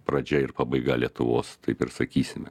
pradžia ir pabaiga lietuvos taip ir sakysime